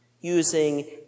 using